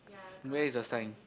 where is the sign